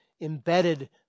embedded